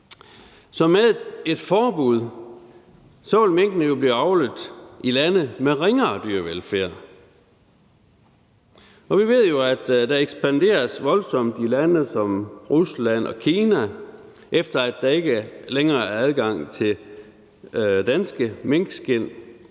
Så med et forbud vil minkene jo blive avlet i lande med ringere dyrevelfærd. Vi ved jo, at der ekspanderes voldsomt i lande som Rusland og Kina, efter at der ikke længere er adgang til danske minkskind,